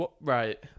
Right